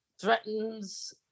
threatens